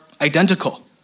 identical